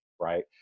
right